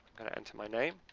enter my name.